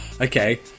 okay